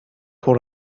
pour